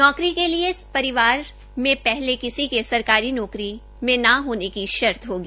नौकरी के लिए परिवार में पहले किसी के सरकारी नौकरी में न होने की शर्त होगी